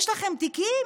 יש לכם תיקים,